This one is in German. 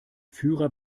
führer